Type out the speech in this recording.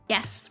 Yes